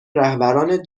رهبران